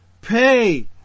pay